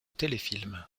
téléfilm